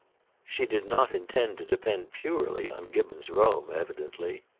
she did not intend to depend purely on gibbon's rome, evidently.